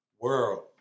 World